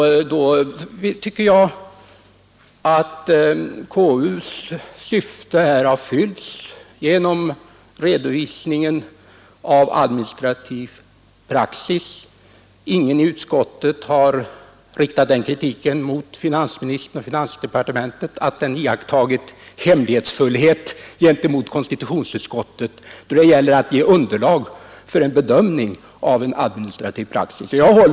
Jag tycker då att konstitutions — "ing m.m. utskottet har fullföljt sitt syfte genom redovisningen av administrativ praxis. Ingen i utskottet har riktat kritik mot finansministern eller = Diarieföring av vissa finansdepartementet för att ha varit hemlighetsfulla gentemot konstitu = Skatteärenden och tionsutskottet då det gällt att lämna underlag för en bedömning av befrielse från aktieadministrativ praxis på detta område.